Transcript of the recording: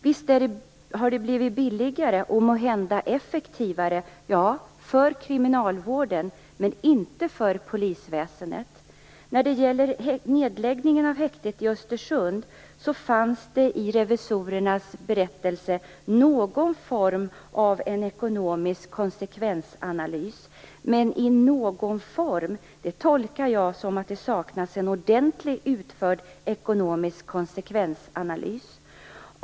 Visst har det blivit billigare och måhända effektivare för kriminalvården, men inte för polisväsendet. När det gäller nedläggningen av häktet i Östersund fanns det i revisorernas berättelse någon form av en ekonomisk konsekvensanalys. Men "någon form" tolkar jag som att det saknas en ordentligt utförd ekonomisk konsekvensanalys.